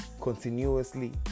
continuously